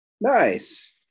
Nice